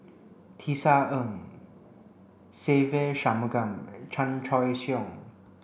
Tisa Ng Se Ve Shanmugam Chan Choy Siong